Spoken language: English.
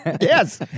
yes